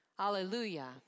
Hallelujah